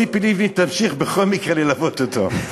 ציפי לבני תמשיך בכל מקרה ללוות אותו.